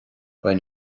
beidh